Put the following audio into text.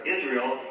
Israel